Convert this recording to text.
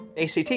ACT